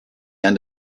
end